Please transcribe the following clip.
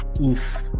Oof